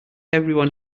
everyone